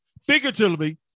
figuratively